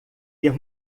ter